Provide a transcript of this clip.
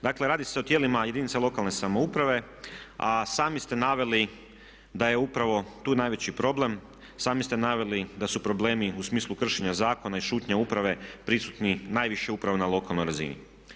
Dakle radi se o tijelima jedinice lokalne samouprave a sami ste naveli da je upravo tu najveći problem, sami ste naveli da su problemi u smislu kršenja zakona i šutnje uprave prisutni najviše upravo na lokalnoj razini.